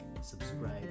subscribe